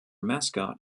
mascot